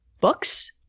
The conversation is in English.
books